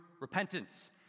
repentance